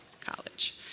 College